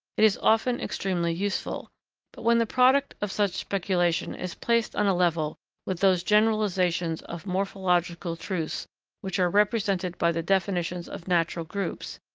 it is often extremely useful but, when the product of such speculation is placed on a level with those generalisations of morphological truths which are represented by the definitions of natural groups,